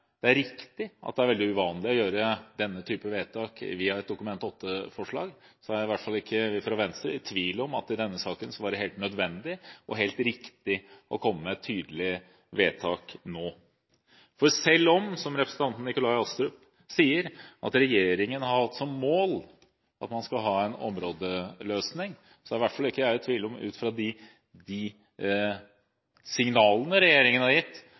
det er riktig at det er veldig uvanlig å gjøre denne type vedtak via et Dokument 8-forslag, er i hvert fall ikke vi fra Venstre i tvil om at i denne saken var det helt nødvendig og helt riktig å komme med et tydelig vedtak nå. Selv om regjeringen har hatt som mål – som representanten Nikolai Astrup sier – at man skal ha en områdeløsning, er i hvert fall ikke jeg i tvil om, ut fra de signalene regjeringen har gitt,